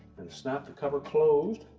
and snap the cover closed,